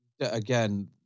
Again